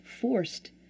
forced